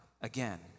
again